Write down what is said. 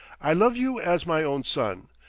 i love you as my own son,